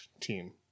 team